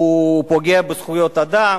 הוא פוגע בזכויות אדם.